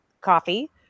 coffee